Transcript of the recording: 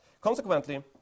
Consequently